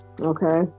Okay